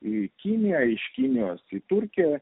į kiniją iš kinijos į turkiją